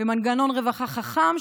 במנגנון רווחה חכם,